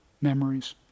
memories